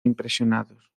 impresionados